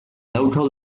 local